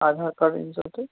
Aadhaar card أنزیٚو تُہۍ